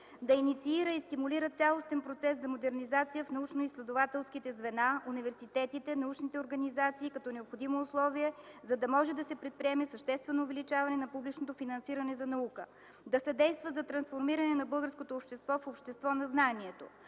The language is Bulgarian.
да инициира и стимулира цялостен процес за модернизация в научно-изследователските звена, университетите, научните организации като необходимо условие, за да може да се предприеме съществено увеличаване на публичното финансиране за наука; - да съдейства за трансформиране на българското общество в общество на знанието;